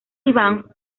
iván